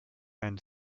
and